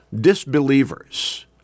disbelievers